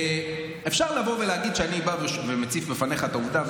אפשר לבוא ולהגיד שאני בא ומציף בפניך את העובדה,